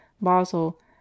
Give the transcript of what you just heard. Basel